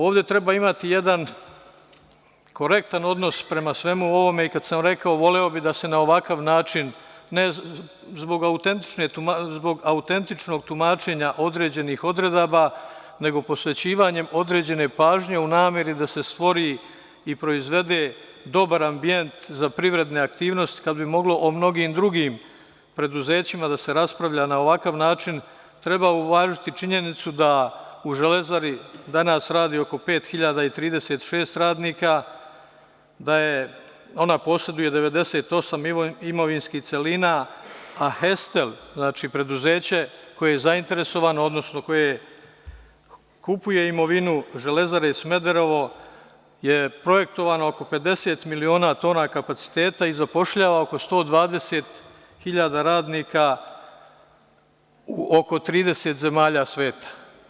Ovde treba imati jedan korektan odnos prema svemu ovome i kada sam rekao voleo bih da se na ovakav način, ne zbog autentičnog tumačenja određenih odredaba, nego posvećivanjem određene pažnje u nameri da se stvori i proizvede dobar ambijent za privredne aktivnosti kada bi moglo o mnogim drugim preduzećima da se raspravlja na ovakav način, treba uvažiti činjenicu da u „Železari“ danas radi oko 5.036 radnika, da ona poseduje 98 imovinskih celina, a „Hestel“ znači preduzeće koje je zainteresovano, odnosno koje kupuje imovinu „Železare Smederevo“ je projektovano oko 50 miliona tona kapaciteta i zapošljava oko 120 hiljada radnika u oko 30 zemalja sveta.